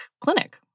clinic